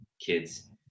kids